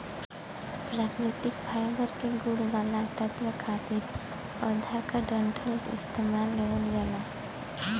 प्राकृतिक फाइबर के गुण वाला तत्व खातिर पौधा क डंठल इस्तेमाल लेवल जाला